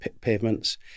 pavements